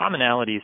commonalities